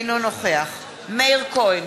אינו נוכח מאיר כהן,